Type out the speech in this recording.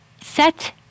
Set